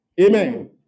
Amen